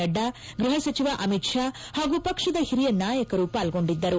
ನಡ್ಡಾ ಗೃಹ ಸಚಿವ ಅಮಿತ್ ಷಾ ಹಾಗೂ ಪಕ್ಷದ ಹಿರಿಯ ನಾಯಕರು ಪಾಲ್ಗೊಂಡಿದ್ದರು